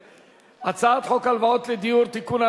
הצעת חוק הלוואות לדיור (תיקון,